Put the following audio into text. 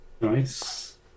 nice